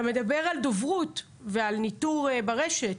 אתה מדבר על דוברות ועל ניטור ברשת?